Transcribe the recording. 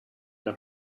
the